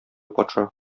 патша